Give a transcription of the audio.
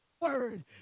word